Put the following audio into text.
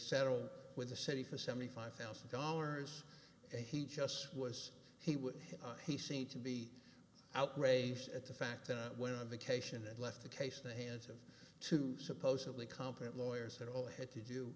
settled with the city for seventy five thousand dollars and he just was he would be seen to be outraged at the fact i went on vacation and left the case the hands of two supposedly competent lawyers and all i had to do